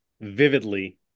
vividly